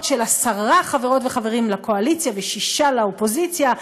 של עשרה חברות וחברים לקואליציה ושישה לאופוזיציה,